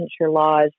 laws